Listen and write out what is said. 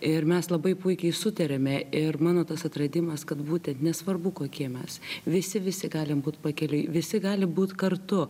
ir mes labai puikiai sutariame ir mano tas atradimas kad būtent nesvarbu kokie mes visi visi galim būti pakeliui visi gali būti kartu